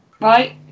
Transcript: right